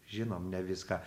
žinom ne viską